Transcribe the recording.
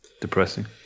Depressing